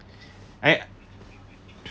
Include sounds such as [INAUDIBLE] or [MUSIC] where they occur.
I [BREATH]